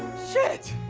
shit.